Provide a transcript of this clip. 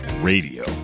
Radio